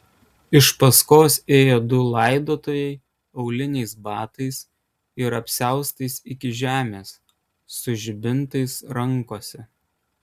iš paskos ėjo du laidotojai auliniais batais ir apsiaustais iki žemės su žibintais rankose